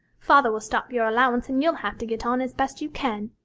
father will stop your allowance, and you'll have to get on as best you can.